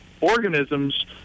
organisms